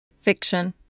Fiction